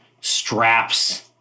straps